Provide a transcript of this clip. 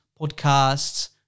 podcasts